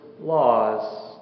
laws